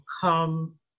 come